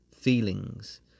feelings